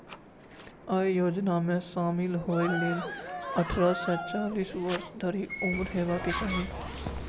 अय योजना मे शामिल होइ लेल अट्ठारह सं चालीस वर्ष धरि उम्र हेबाक चाही